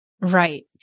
Right